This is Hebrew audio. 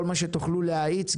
כל מה שתוכלו להאיץ,